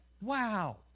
Wow